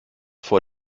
vor